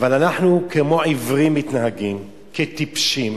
ואנחנו כמו עיוורים מתנהגים, כטיפשים,